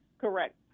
correct